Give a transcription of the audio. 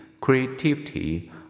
creativity